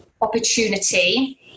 opportunity